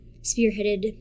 spearheaded